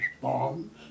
bombs